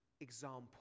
example